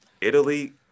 Italy